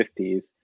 50s